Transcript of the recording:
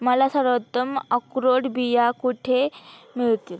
मला सर्वोत्तम अक्रोड बिया कुठे मिळतील